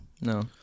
No